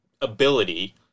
ability